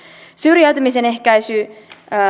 syrjäytymisen ehkäisyyn